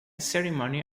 ceremony